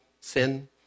sin